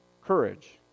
courage